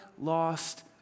lost